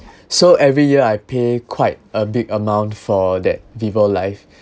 so every year I pay quite a big amount for that vivo life